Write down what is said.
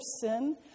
sin